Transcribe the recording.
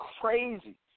crazy